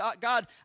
God